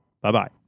Bye-bye